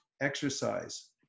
exercise